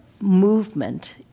movement